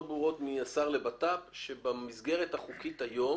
ברורות מהשר לביטחון פנים שבמסגרת החוקית היום,